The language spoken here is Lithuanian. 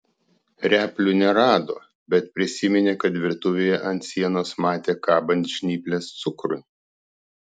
replių nerado bet prisiminė kad virtuvėje ant sienos matė kabant žnyples cukrui